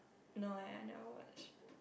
no eh I never watch